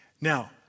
Now